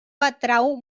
atrau